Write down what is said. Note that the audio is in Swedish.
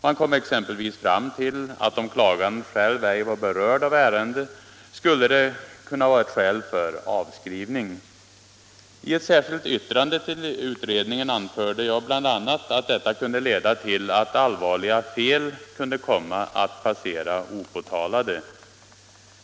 Man kom exempelvis fram till att om klaganden själv ej var berörd av ärendet skulle det kunna vara ett skäl för avskrivning. I ett särskilt yttrande till utredningen anförde jag bl.a. att detta kunde leda till att allvarliga fel kunde komma att passera opåtalade.